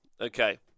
Okay